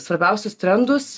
svarbiausius trendus